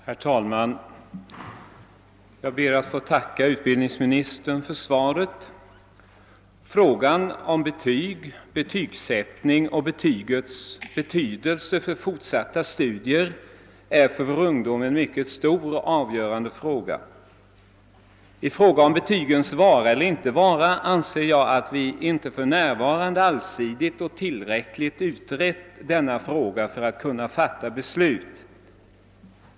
Herr talman! Jag ber att få tacka utbildningsministern för svaret på min interpellation. Frågorna om betyg, betygssättning och betygens betydelse för fortsatta studier är för ungdomen mycket stora och avgörande. Frågan om betygens vara eller icke vara är enligt min uppfattning inte tillräckligt allsidigt utredd för att vi skall kunna fatta ett beslut.